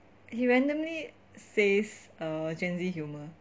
he randomly says err gen z humour